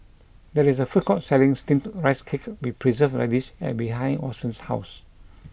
there is a food court selling steamed rice cake with preserved radish and behind Orson's house